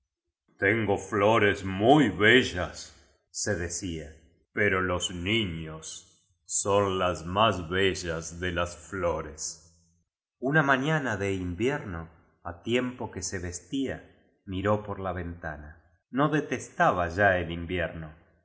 tengo flores muybellase decía pero los niños son las más bellas de las ñores una mañana de invierno á tiempo que se vestía miró por la ventana no detestaba ya el invierno